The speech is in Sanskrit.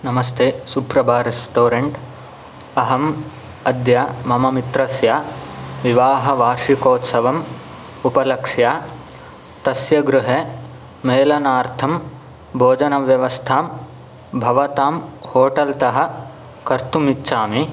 नमस्ते सुप्रभा रेस्टोरेण्ट् अहम् अद्य मम मित्रस्य विवाहवार्षिकोत्सवम् उपलक्ष्य तस्य गृहे मेलनार्थं भोजनव्यवस्थां भवतां होटेल् तः कर्तुम् इच्छामि